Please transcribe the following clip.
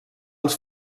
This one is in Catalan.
als